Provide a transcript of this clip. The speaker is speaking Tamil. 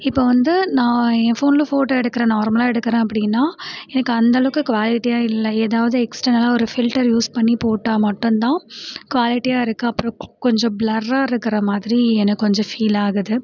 இப்போ வந்து நான் என் ஃபோன்ல ஃபோட்டோ எடுக்குறேன் நார்மலாக எடுக்குறேன் அப்படின்னா எனக்கு அந்தளவுக்கு குவாலிட்டியாக இல்லை ஏதாவது எக்ஸ்டனல்லாக ஒரு ஃபில்ட்டர் யூஸ் பண்ணி போட்டால் மட்டும் தான் குவாலிட்டியாக இருக்குது அப்புறம் கொஞ்சம் ப்ளார்ராக இருக்கிற மாதிரி எனக்கு கொஞ்சம் ஃபீல் ஆகுது